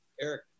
eric